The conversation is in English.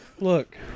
Look